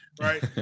right